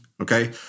okay